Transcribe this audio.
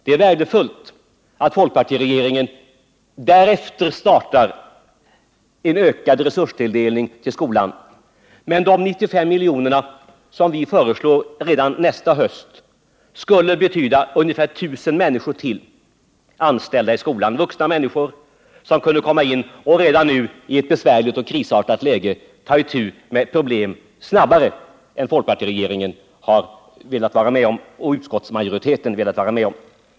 Det är värdefullt att folkpartiregeringen därefter startar en ökad resurstilldelning till skolan, men de 95 miljoner som vi föreslår redan för nästa höst skulle betyda ungefär 1.000 människor till anställda i skolan, vuxna människor som kunde komma in redan nu och i ett besvärligt och krisartat läge ta itu med problemen snabbare än folkpartiregeringen och utskottsmajoriteten har velat vara med om.